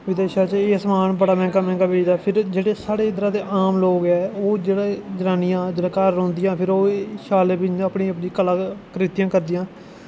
विदेशें च एह् समान बड़ा मैहंगा मैहंगा बिकदा फिर जेह्ड़े साढ़ै इद्धरा दे आम लोग ओह् जेह्ड़े जनानियां घर रौह्ंदिया फिर ओह् ही शाल फ्ही इय्यां अपनी अपनी कला कृतियां करदियां